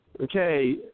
Okay